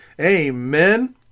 Amen